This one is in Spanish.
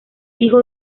hijo